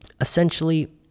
Essentially